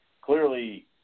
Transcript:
Clearly